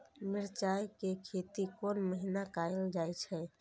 मिरचाय के खेती कोन महीना कायल जाय छै?